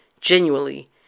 genuinely